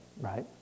right